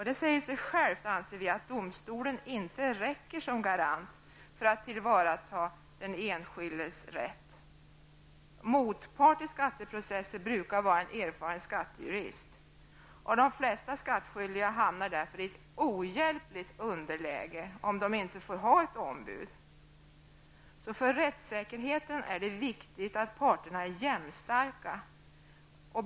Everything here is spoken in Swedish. Det säger sig självt, anser vi, att domstolen inte räcker som garant för att tillvarata den enskildes rätt. Motparten i skatteprocesser brukar vara en erfaren skattejurist. De flesta skattskyldiga hamnar därför i ett ohjälpligt underläge om de inte får ha ett ombud. Det är mycket viktigt för rättssäkerheten att parterna är jämnstarka.